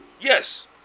Yes